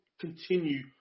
continue